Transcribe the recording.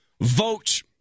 vote